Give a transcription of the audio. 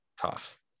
Tough